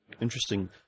interesting